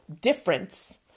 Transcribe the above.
difference